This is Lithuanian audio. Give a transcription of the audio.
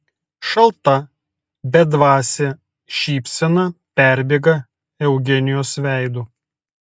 šalta bedvasė šypsena perbėga eugenijos veidu